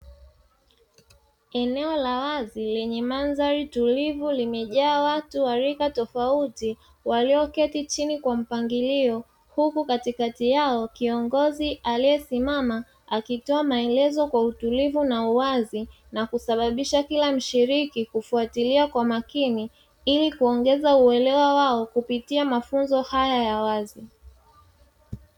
Eneo la wazi lenye mandhari tulivu limejaa watu wa rika tofauti walioketi chini kwa mpangilio. Huku katikati yao, kiongozi aliyesimama akitoa maelezo kwa utulivu na uwazi na kusababisha kila mshiriki kufuatilia kwa makini ili kuongeza uelewa wao kupitia mafunzo haya ya wazi.